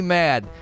mad